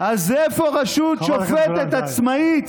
אז איפה רשות שופטת עצמאית?